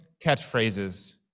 catchphrases